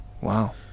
Wow